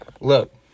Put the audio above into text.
Look